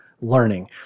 learning